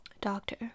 doctor